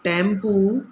tempo